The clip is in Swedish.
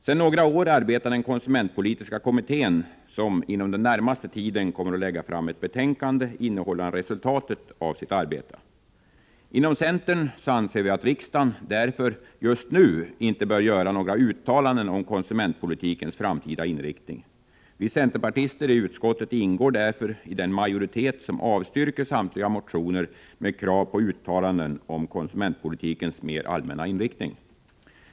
Sedan några år tillbaka arbetar den konsumentpolitiska kommittén, som inom den närmaste tiden kommer att lägga fram ett betänkande innehållande resultatet av sitt arbete. Inom centern anser vi att riksdagen därför just nu inte bör göra några uttalanden om konsumentpolitikens framtida inriktning. Vi centerpartister i utskottet ingår därför i den majoritet som avstyrker samtliga motioner med krav på uttalanden om konsumentpolitikens mer allmänna inriktning.